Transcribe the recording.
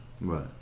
right